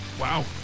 Wow